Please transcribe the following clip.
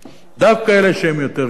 דווקא אלה שהם יותר קשי-יום,